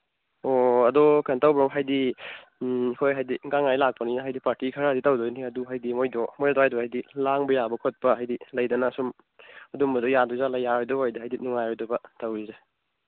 ꯑꯣ ꯑꯗꯣ ꯀꯩꯅꯣ ꯇꯧꯕ꯭ꯔꯣ ꯍꯥꯏꯗꯤ ꯍꯣꯏ ꯍꯥꯏꯗꯤ ꯒꯥꯟꯉꯥꯏ ꯂꯥꯛꯄꯅꯤꯅ ꯍꯥꯏꯗꯤ ꯄꯥꯔꯇꯤ ꯈꯔꯗꯤ ꯇꯧꯗꯣꯏꯅꯤ ꯑꯗꯨ ꯍꯥꯏꯗꯤ ꯃꯣꯏꯗꯣ ꯃꯣꯏ ꯑꯗ꯭ꯋꯥꯏꯗꯣ ꯍꯥꯏꯗꯤ ꯂꯥꯡꯕ ꯌꯥꯕ ꯈꯣꯠꯄ ꯍꯥꯏꯗꯤ ꯂꯩꯗꯅ ꯁꯨꯝ ꯑꯗꯨꯝꯕꯗꯣ ꯌꯥꯗꯣꯏꯖꯥꯠꯂꯥ ꯌꯥꯔꯣꯏꯗꯣꯏ ꯑꯣꯏꯗꯤ ꯍꯥꯏꯗꯤ ꯅꯨꯡꯉꯥꯏꯔꯣꯏꯗꯣꯏꯕ ꯇꯧꯔꯤꯁꯦ